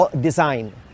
design